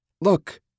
look